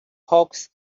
hawks